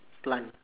plant